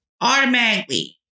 automatically